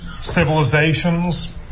civilizations